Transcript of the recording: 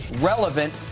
relevant